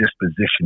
disposition